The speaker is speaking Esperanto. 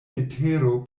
letero